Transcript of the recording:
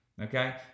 okay